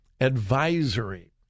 advisory